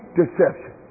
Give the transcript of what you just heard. deception